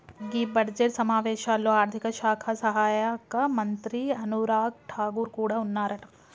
గీ budget సమావేశాల్లో ఆర్థిక శాఖ సహాయక మంత్రి అనురాగ్ ఠాగూర్ కూడా ఉన్నారట